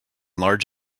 large